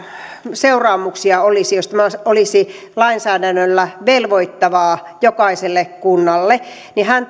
seuraamuksia olisi jos tämä olisi lainsäädännöllä velvoittavaa jokaiselle kunnalle hän